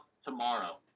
tomorrow